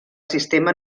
sistema